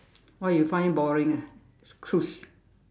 why you find it boring ah it's cruise